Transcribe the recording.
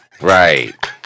Right